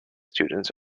students